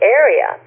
area